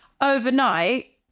overnight